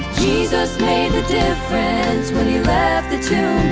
jesus made the difference when he left the tomb